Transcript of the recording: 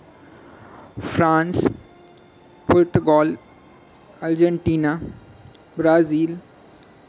France Portugal Argentina Brazil